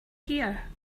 here